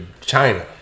China